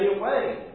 away